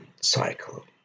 Cycle